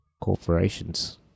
corporations